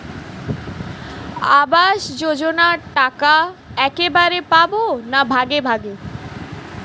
আবাস যোজনা টাকা একবারে পাব না ভাগে ভাগে?